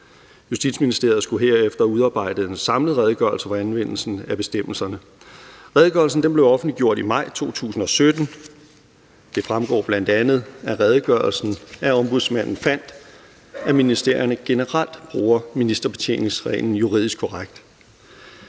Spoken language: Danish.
Justitsministeriet skulle herefter udarbejde en samlet redegørelse for anvendelsen af bestemmelserne. Redegørelsen blev offentliggjort i maj 2017. Det fremgår bl.a. af redegørelsen, at Ombudsmanden fandt, at ministerierne generelt bruger ministerbetjeningsreglen juridisk korrekt,